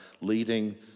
leading